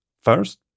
First